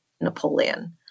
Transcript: Napoleon